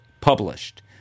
published